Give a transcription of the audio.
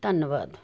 ਧੰਨਵਾਦ